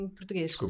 português